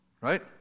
Right